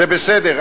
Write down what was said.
זה בסדר.